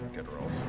good rolls.